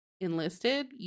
enlisted